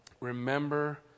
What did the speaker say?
remember